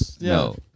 No